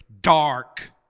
dark